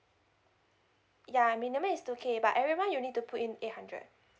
yeah minimum is two K but every month you need to put in eight hundred